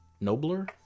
nobler